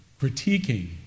critiquing